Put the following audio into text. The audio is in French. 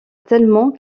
tellement